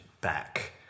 back